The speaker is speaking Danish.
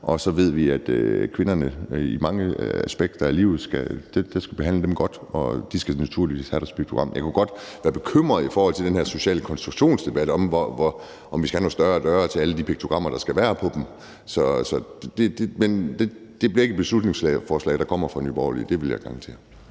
og så ved vi, at vi i mange aspekter af livet skal behandle kvinderne godt, så de skal naturligvis have deres piktogram. Jeg kunne godt være bekymret i forhold til den her social konstruktion-debat om, om vi skal have nogle større døre til alle de piktogrammer, der skal være på dem. Men det bliver ikke et beslutningsforslag, der kommer fra Nye Borgerlige. Det vil jeg garantere.